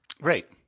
Right